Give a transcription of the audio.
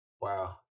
wow